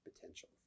potential